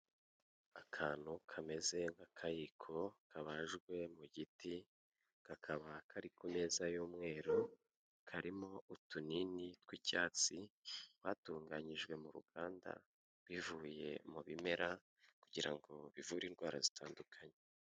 Akantu kameze nk'akayiko, kabajwe mu giti, kakaba kari ku meza y'umweru, karimo utunini tw'icyatsi, batunganyijwe mu ruganda bivuye mu bimera kugira ngo bivure indwara zitandukanye.